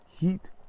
heat